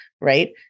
Right